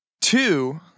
Two